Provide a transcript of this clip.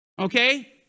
Okay